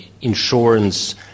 insurance